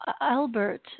Albert